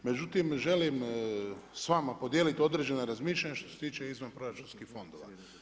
Međutim, želim s vama podijeliti određena razmišljanja što se tiče izvanproračunskih fondova.